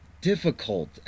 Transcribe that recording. difficult